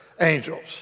angels